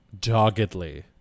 doggedly